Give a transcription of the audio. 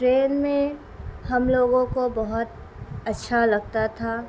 train میں ہم لوگوں کو بہت اچھا لگتا تھا